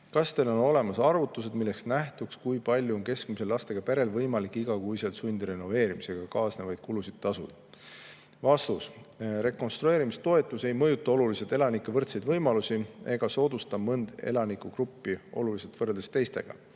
Kas Teil on olemas arvutused, millest nähtuks, kui palju on keskmisel lastega perel võimalik igakuiselt sundrenoveerimisega kaasnevaid kulusid tasuda?" Vastus. Rekonstrueerimistoetus ei mõjuta oluliselt elanike võrdseid võimalusi ega soodusta oluliselt mõnda elanike gruppi võrreldes teistega.